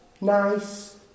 nice